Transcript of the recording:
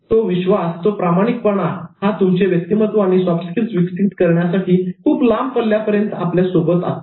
तर तो विश्वास तो प्रामाणिकपणा हा तुमचे व्यक्तिमत्व आणि सॉफ्ट स्किल्स विकसित करण्यासाठी खूप लांब पल्यापर्यंत आपल्या सोबत असतात